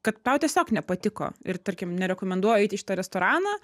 kad tau tiesiog nepatiko ir tarkim nerekomenduoju eit į šitą restoraną